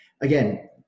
again